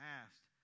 asked